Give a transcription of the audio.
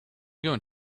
going